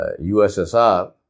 USSR